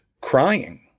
crying